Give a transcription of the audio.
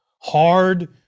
hard